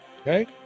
okay